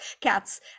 cats